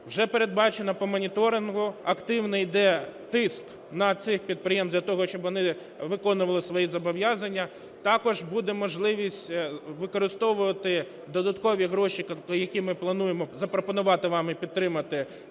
Вже передбачено по моніторингу, активний йде тиск на ці підприємства для того, щоб вони виконували свої зобов'язання. Також буде можливість використовувати додаткові гроші, які ми плануємо запропонувати вам і підтримати як